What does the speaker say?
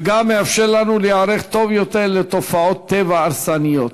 וגם מאפשרות לנו להיערך טוב יותר לתופעות טבע הרסניות.